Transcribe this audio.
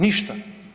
Ništa.